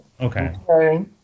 Okay